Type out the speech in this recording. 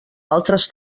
altres